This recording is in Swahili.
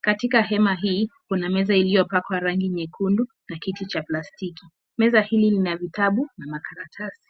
katika hema hii kuna meza iliyopakwa rangi nyekundu na kiti cha plastiki, meza hii ina kitabu na makaratasi.